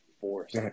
force